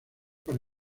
para